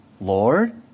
Lord